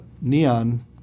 Neon